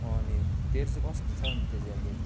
अनि तेरो चाहिँ कस्तो छ अनि त्यो ज्याकेट